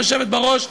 היושבת בראש,